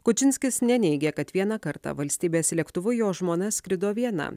kučinskis neneigia kad vieną kartą valstybės lėktuvu jo žmona skrido viena